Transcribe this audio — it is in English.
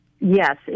Yes